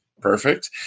Perfect